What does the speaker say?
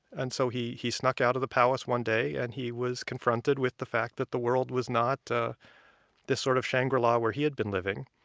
and so he he snuck out of the palace one day, and he was confronted with the fact that the world was not this sort of shangri-la where he had been living.